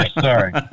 Sorry